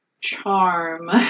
charm